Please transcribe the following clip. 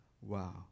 Wow